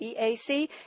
EAC